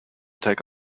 take